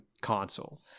console